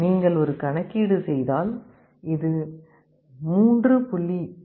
நீங்கள் ஒரு கணக்கீடு செய்தால் இது 3